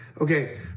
Okay